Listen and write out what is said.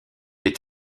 est